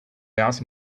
asked